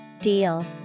Deal